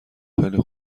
خیلی